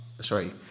sorry